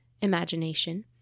Imagination